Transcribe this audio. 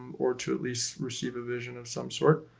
um or to at least receive. a vision of some sort.